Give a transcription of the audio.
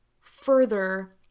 further